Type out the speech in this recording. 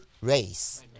race